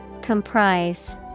Comprise